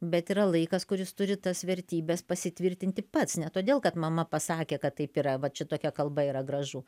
bet yra laikas kur jis turi tas vertybes pasitvirtinti pats ne todėl kad mama pasakė kad taip yra va čia tokia kalba yra gražu